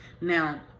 now